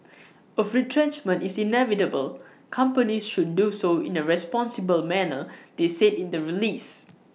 of retrenchment is inevitable companies should do so in A responsible manner they said in the release